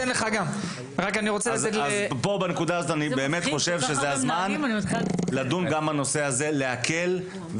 אני באמת חושב שזהו הזמן לדון גם בנושא ההקלה על המנהלים,